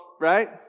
right